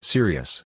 Serious